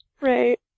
right